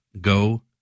Go